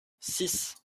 six